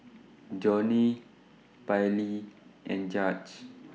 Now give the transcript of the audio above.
Johnnie Pairlee and Judge